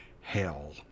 hell